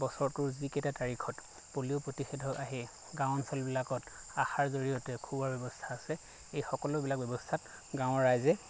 বছৰটোৰ যিকেইটা তাৰিখত পলিঅ'ৰ প্ৰতিষেধক আহে গাঁও অঞ্চলবিলাকত আশাৰ জৰিয়তে খুওৱাৰ ব্যৱস্থা আছে এই সকলোবিলাক ব্যৱস্থাত গাঁৱৰ ৰাইজে